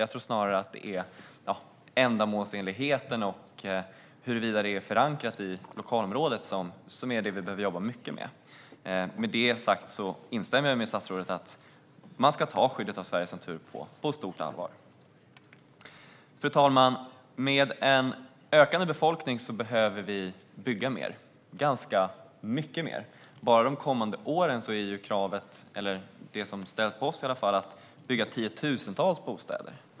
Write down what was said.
Jag tror snarare att det är ändamålsenligheten och huruvida det är förankrat i lokalområdet som vi behöver jobba mycket med. Med det sagt håller jag med statsrådet om att man ska ta skyddet av Sveriges natur på stort allvar. Fru talman! Med en ökande befolkning behöver vi bygga mer, ganska mycket mer. Bara de kommande åren är kravet, som ställs på oss, att det ska byggas tiotusentals bostäder.